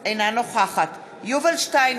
אינה נוכחת יובל שטייניץ,